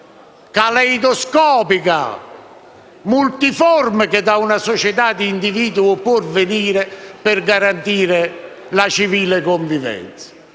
caleidoscopica, multiforme che da una società di individui può venire per garantire la civile convivenza.